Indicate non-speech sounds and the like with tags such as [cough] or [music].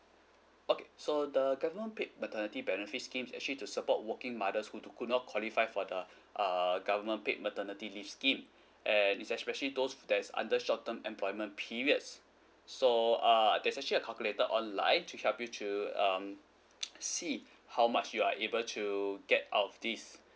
okay so the government paid maternity benefit scheme actually to support working mothers who to could not qualify for the uh government paid maternity leave scheme and it's especially those that's under short term employment periods so uh there's actually a calculator online to help you to um [noise] see how much you are able to get out of this